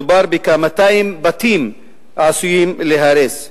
מדובר בכ-200 בתים העשויים להיהרס.